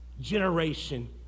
generation